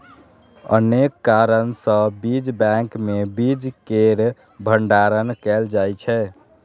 अनेक कारण सं बीज बैंक मे बीज केर भंडारण कैल जाइ छै